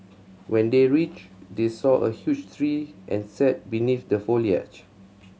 when they reached they saw a huge tree and sat beneath the foliage